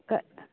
कळ